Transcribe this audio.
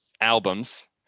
albums